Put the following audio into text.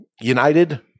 United